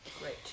Great